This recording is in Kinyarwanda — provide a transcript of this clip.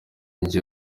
njye